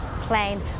plane